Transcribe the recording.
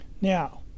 Now